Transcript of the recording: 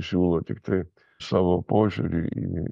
siūlo tiktai savo požiūrį į